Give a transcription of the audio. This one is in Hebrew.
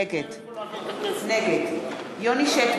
נגד (קוראת בשמות חברי הכנסת) יוני שטבון,